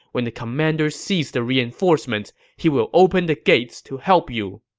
when the commander sees the reinforcements, he will open the gates to help you.